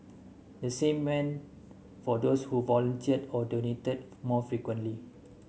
the same went for those who volunteered or donated more frequently